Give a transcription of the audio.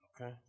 Okay